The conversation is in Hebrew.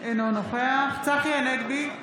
אינו נוכח צחי הנגבי,